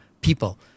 people